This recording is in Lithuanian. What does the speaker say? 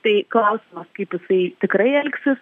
tai klausimas kaip jisai tikrai elgsis